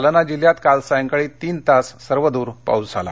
जालना जिल्ह्यात काल सायंकाळी तीनतास सर्वदूर पाऊस झाला